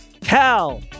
Cal